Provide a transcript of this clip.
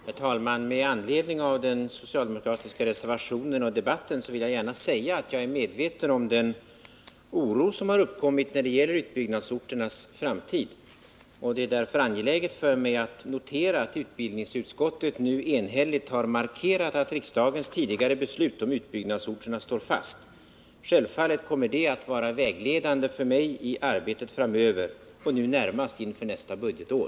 Herr talman! Med anledning av den socialdemokratiska reservationen och den debatt som förts vill jag gärna säga att jag är medveten om den oro som har uppkommit när det gäller utbyggnadsorternas framtid. Det är därför angeläget för mig att notera att utbildningsutskottet nu enhälligt har markerat att riksdagens tidigare beslut om utbyggnadsorterna står fast. Självfallet kommer detta att vara vägledande för mig i arbetet framöver, nu närmast inför nästa budgetår.